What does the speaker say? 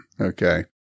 okay